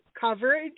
coverage